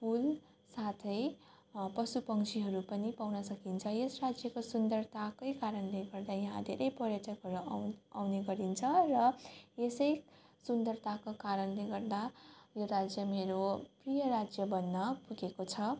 फुल साथै पशु पक्षीहरू पनि पाउन सकिन्छ यस राज्यको सुन्दरताको कारणले गर्दा यहाँ धेरै पर्यटकहरू आउ आउने गरिन्छ र यस सुन्दरताको कारणले गर्दा यो राज्य मेरो प्रिय राज्य बन्न पुगेको छ